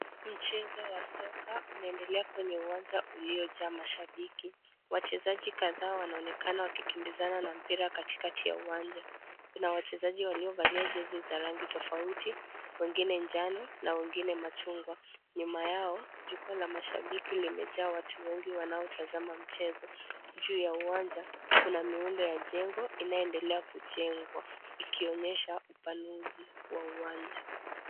Mchezo wa soka unaendelea kwenye uwanja uliojaa mashabiki. Wachezaji kadhaa wanaonekana wakikimbizana na mpira katikati ya uwanja. Kuna wachezaji waliovalia jezi za rangi tofauti, wengine njano na wengine machungwa. Nyuma yao, jukwaa la mashabiki limejaa watu wengi wanaotazama mchezo. Juu ya uwanja kuna miundo wa jengo inayoendelea kujengwa, ikionyesha upanzi wa uwanja.